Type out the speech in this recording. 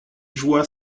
joua